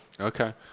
Okay